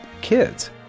kids